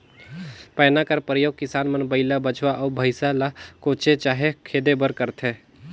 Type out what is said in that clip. पैना का परियोग किसान मन बइला, बछवा, अउ भइसा ल कोचे चहे खेदे बर करथे